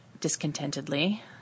discontentedly